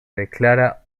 declara